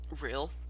real